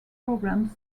programs